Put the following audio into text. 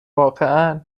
واقعا